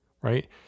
right